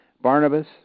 Barnabas